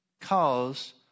cause